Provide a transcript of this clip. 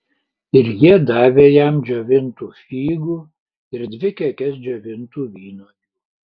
ir jie davė jam džiovintų figų ir dvi kekes džiovintų vynuogių